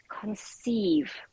conceive